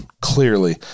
Clearly